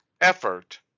effort